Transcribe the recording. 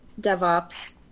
DevOps